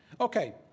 Okay